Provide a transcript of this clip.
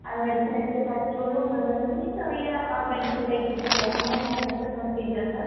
medicine എടുത്തെ പറ്റുള്ളൂ എന്നുണ്ടെങ്കിൽ ചെറിയ മെഡിസിൻലേക്കൊക്കെ പോവും അങ്ങനെയാണ് ഇവിടുത്തെ പ്രോസിജ്യേഴ്സ്സ്